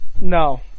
No